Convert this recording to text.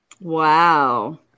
Wow